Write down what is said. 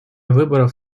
выборов